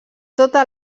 tota